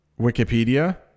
Wikipedia